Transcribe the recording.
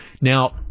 Now